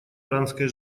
иранской